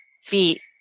feet